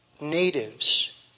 natives